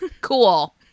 cool